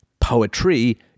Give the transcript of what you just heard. poetry